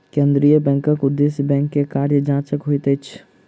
केंद्रीय बैंकक उदेश्य बैंक के कार्य जांचक होइत अछि